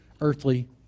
earthly